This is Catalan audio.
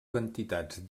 quantitats